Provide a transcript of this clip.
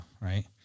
right